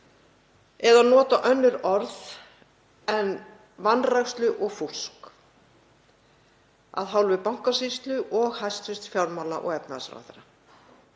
eða nota önnur orð um en vanrækslu og fúsk af hálfu Bankasýslu og hæstv. fjármála- og efnahagsráðherra.